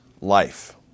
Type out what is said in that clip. life